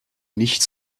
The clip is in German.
nicht